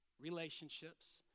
relationships